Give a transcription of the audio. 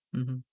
mmhmm